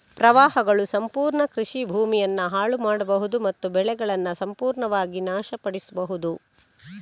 ಪ್ರವಾಹಗಳು ಸಂಪೂರ್ಣ ಕೃಷಿ ಭೂಮಿಯನ್ನ ಹಾಳು ಮಾಡ್ಬಹುದು ಮತ್ತು ಬೆಳೆಗಳನ್ನ ಸಂಪೂರ್ಣವಾಗಿ ನಾಶ ಪಡಿಸ್ಬಹುದು